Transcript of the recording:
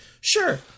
Sure